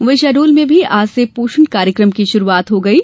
वहीं शहडोल में भी आज से पोषण कार्यक्रम की शुरूआत हो गई है